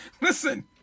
Listen